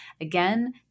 again